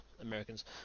Americans